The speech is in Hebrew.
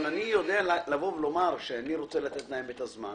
אבל אני יודע לבוא ולומר שאני רוצה לתת להם את הזמן,